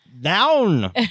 Down